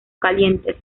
calientes